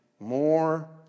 More